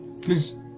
Please